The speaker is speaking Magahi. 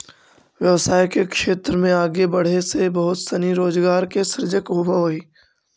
व्यवसाय के क्षेत्र में आगे बढ़े से बहुत सनी रोजगार के सृजन होवऽ हई